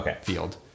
field